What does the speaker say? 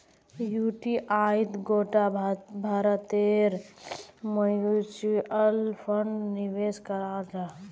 युटीआईत गोटा भारतेर म्यूच्यूअल फण्ड निवेश कराल जाहा